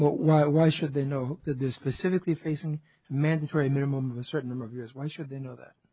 why why should they know that this specifically facing mandatory minimum of a certain number of years why should they know that